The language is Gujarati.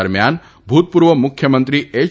દરમ્યાન ભૂતપૂર્વ મુખ્યમંત્રી એય